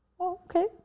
okay